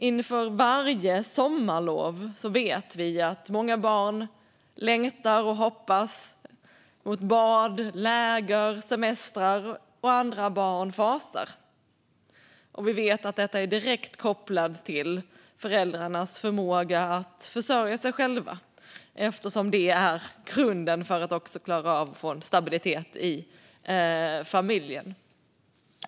Inför varje sommarlov vet vi att många barn längtar och hoppas på bad, läger och semestrar, medan andra barn fasar. Vi vet att detta är direkt kopplat till föräldrarnas förmåga att försörja sig själva, eftersom det är grunden för att också klara av att få en stabilitet i familjen.